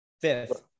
fifth